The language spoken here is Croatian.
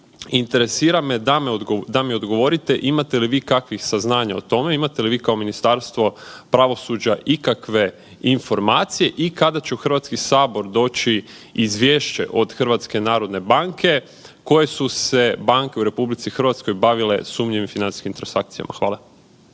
interesira me da bi odgovorite imate li kakvih saznanja o tome, imate li vi kao Ministarstvo pravosuđa ikakve informacije i kada će u Hrvatski sabor doći izvješće od HNB-a koje su se banke u RH bavile sumnjivim financijskim transakcijama? Hvala.